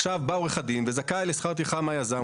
עורך הדין זכאי לשכר טרחה מהיזם,